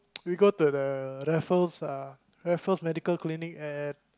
we go to the Raffles uh Raffles Medical Clinic at